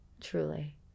Truly